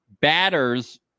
batters